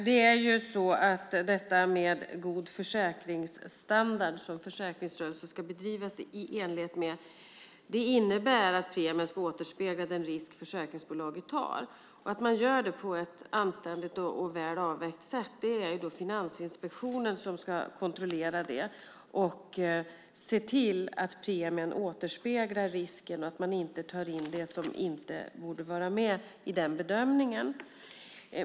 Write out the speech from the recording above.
Fru talman! God försäkringsstandard, som försäkringsrörelse ska bedrivas i enlighet med, innebär att premien ska återspegla den risk som försäkringsbolaget tar. Det är Finansinspektionen som ska kontrollera att man gör det på ett anständigt och väl avvägt sätt. Den ska se till att premien återspeglar risken och att man inte tar in det som inte borde vara med i bedömningen.